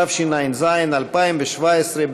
התשע"ז 2017,